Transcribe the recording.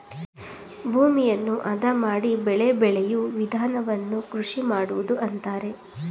ಭೂಮಿಯನ್ನು ಅದ ಮಾಡಿ ಬೆಳೆ ಬೆಳೆಯೂ ವಿಧಾನವನ್ನು ಕೃಷಿ ಮಾಡುವುದು ಅಂತರೆ